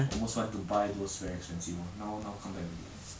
almost went to buy those very expensive [one] now now come back already